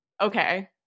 okay